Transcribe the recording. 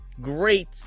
great